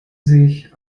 sich